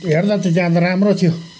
हेर्दा त जाँदा राम्रो थियो